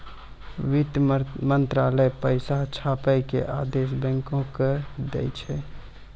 वित्त मंत्रालय पैसा छापै के आदेश बैंको के दै छै